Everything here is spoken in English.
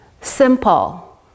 Simple